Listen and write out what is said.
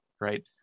Right